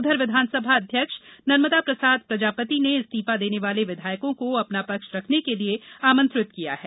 उधर विधानसभा अध्यक्ष नर्मदा प्रसाद प्रजापति ने इस्तीफा देने वाले विधायकों को अपना पक्ष रखने के लिए आमंत्रित किया है